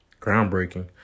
groundbreaking